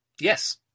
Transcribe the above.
Yes